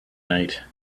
night